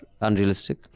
unrealistic